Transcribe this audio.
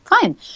fine